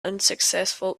unsuccessful